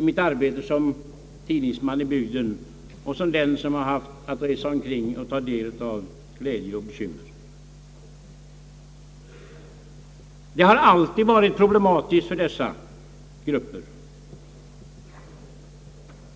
mitt arbete som tidningsman har jag sedan fått resa omkring i bygden och ta del av människornas glädjeämnen och bekymmer. Det har alltid varit problematiskt för dessa grupper.